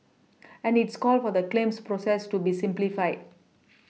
and it's called for the claims process to be simplified